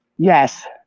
yes